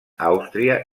àustria